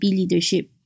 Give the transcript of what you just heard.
leadership